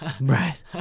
Right